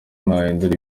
nahindura